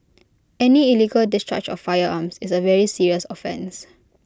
any illegal discharge of firearms is A very serious offence